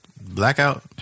Blackout